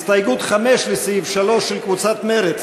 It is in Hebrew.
הסתייגות 5 לסעיף 3, של קבוצת מרצ,